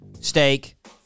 Steak